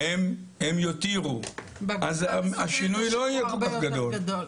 אז השינוי לא יהיה כל כך גדול.